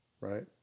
right